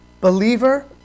Believer